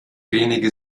wenige